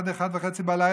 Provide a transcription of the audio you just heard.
ועד השעה 01:30,